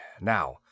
Now